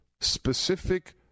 specific